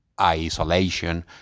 isolation